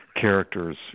characters